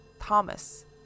Thomas